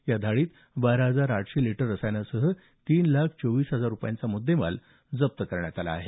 या धाडीत बारा हजार आठशे लिटर रसायनासह तीन लाख चोवीस हजार रूपयांचा मुद्देमाल जप्त केला आहे